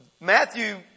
Matthew